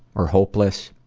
or hopeless,